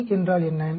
e என்றால் என்ன